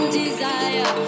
desire